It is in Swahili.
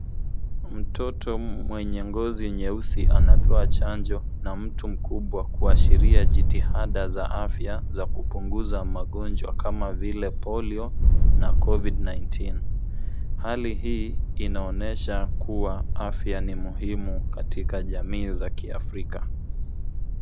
Mtoto mwenye ngozi nyeusi anapewa chanjo na mtu mkubwa kuashiria jitihada za afya za kupunguza magonjwa kama vile polio na COVID -19. Hali hii inaonyesha kuwa afya ni muhimu katika jamii za kiafrika.